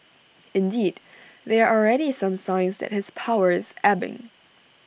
indeed there are already some signs that his power is ebbing